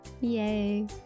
yay